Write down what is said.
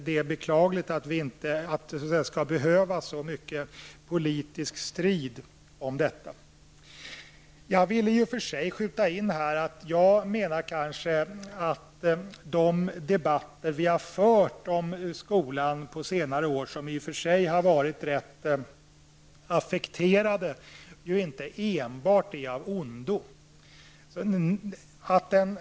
Det är beklagligt att vi skall behöva så mycket politisk strid om detta. Jag vill i och för sig skjuta in här att de debatter vi har fört om skolan på senare år, och som har varit rätt affekterade, inte enbart är av ondo.